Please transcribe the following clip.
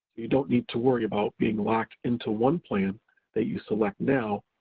you don't need to worry about being locked into one plan that you select now,